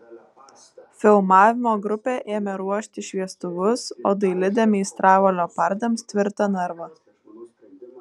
filmavimo grupė ėmė ruošti šviestuvus o dailidė meistravo leopardams tvirtą narvą